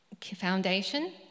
foundation